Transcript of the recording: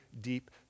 deep